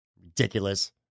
ridiculous